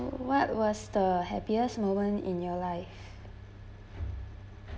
what was the happiest moment in your life